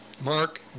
Mark